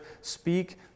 speak